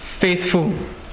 faithful